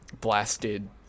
blasted